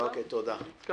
אנחנו